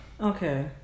Okay